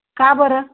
का बरं